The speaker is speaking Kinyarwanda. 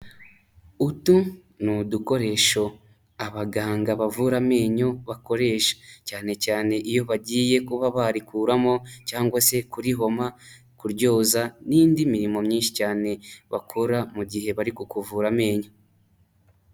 Utu ni udukoresho abaganga bavura amenyo bakoresha cyane cyane iyo bagiye kuba barikuramo cyangwa se kurihoma, kuryoza, n'indi mirimo myinshi cyane bakora mu gihe barikukuvura amenyo.